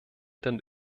den